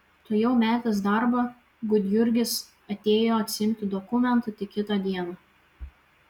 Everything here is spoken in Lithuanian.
tuojau metęs darbą gudjurgis atėjo atsiimti dokumentų tik kitą dieną